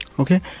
Okay